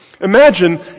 Imagine